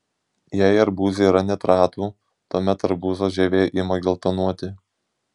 jei arbūze yra nitratų tuomet arbūzo žievė ima geltonuoti